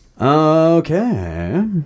Okay